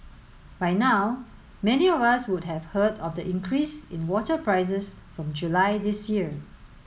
by now many of us would have heard of the increase in water prices from July this year